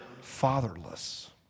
fatherless